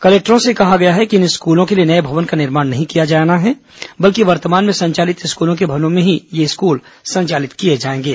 कलेक्टरों से कहा गया है कि इन स्कूलों के लिए नए भवन का निर्माण नहीं किया जाना है बल्कि वर्तमान में संचालित स्कूलों के भवनों में ही यह स्कूल संचालित किए जाएंगे